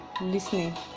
listening